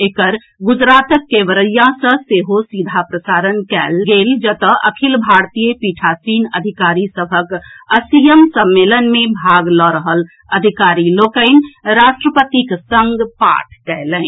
एकर गुजरातक केवड़िया सँ सेहो सीधा प्रसारण कएल गेल जतऽ अखिल भारतीय पीठासीन अधिकारी सभक अस्सीयम सम्मेलन मे भाग लऽ रहल अधिकारी लोकनि राष्ट्रपतिक संग पाठ कएलनि